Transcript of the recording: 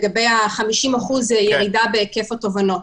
לגבי ירידה של 50% בהיקף התובענות.